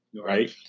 right